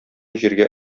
җиргә